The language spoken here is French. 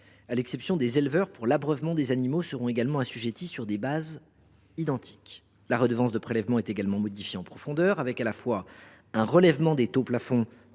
à l’exception des éleveurs pour l’abreuvement des animaux, seront également assujettis sur des bases identiques. La redevance de prélèvement est également modifiée en profondeur, avec un relèvement des taux plafonds